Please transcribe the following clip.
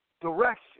direction